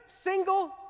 single